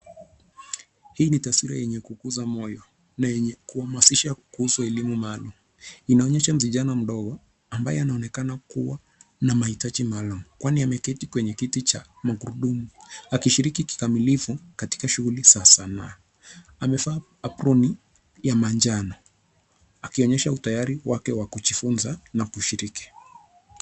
Hii ni taswira yenye kuguza moyo na yenye kuhamasisha kuhusu elimu maalum. Inaonyesha msichana mdogo ambaye anaonekana kuwa na maitaji maalum. Kwani ameketi kwenye kiti cha magurudumu akishiriki kikamilifu kwenye shughuli za zanaa. Amevaa aproni ya manjano akionyesha utayari wake wa kujifunza na kushiriki.